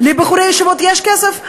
לבחורי ישיבות יש כסף,